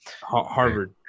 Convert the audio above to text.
Harvard